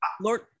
Lord